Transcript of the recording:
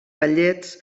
ballets